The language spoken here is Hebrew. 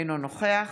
אינו נוכח